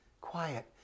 quiet